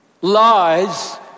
lies